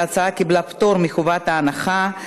ההצעה קיבלה פטור מחובת הנחה.